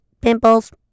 Pimples